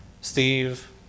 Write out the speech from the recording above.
Steve